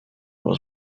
was